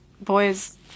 boys